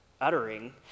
uttering